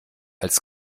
als